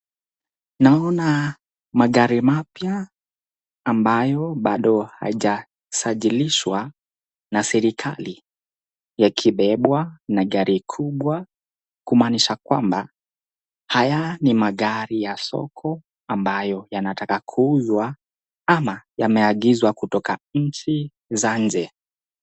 Naona magari mapya ambayo bado haijasajilishwa na serikali yakibebwa na gari kubwa kumanisha kwamba, haya ni magari ya soko ambayo yanataka kuuzwa ama yameagizwa kutoka nchi za nje.